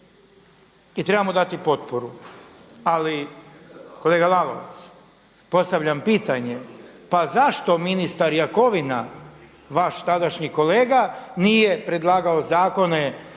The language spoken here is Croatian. i trebamo dati potporu. Ali kolega Lalovac, postavljam pitanje pa zašto ministar Jakovina vaš tadašnji kolega nije predlagao zakone